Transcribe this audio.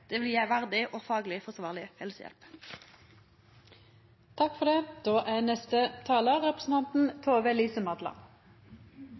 Det vil gje verdig og fagleg forsvarleg